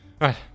right